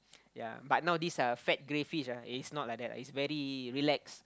ya but not this a fat grey fish ah it's not like that lah it's very relax